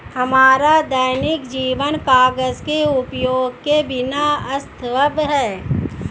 हमारा दैनिक जीवन कागज के उपयोग के बिना असंभव है